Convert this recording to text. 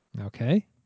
Okay